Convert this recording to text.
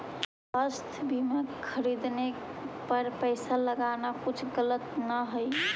स्वास्थ्य बीमा खरीदने पर पैसा लगाना कुछ गलत न हई